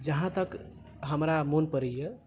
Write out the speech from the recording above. जहाँ तक हमरा मोन पड़ैया